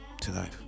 tonight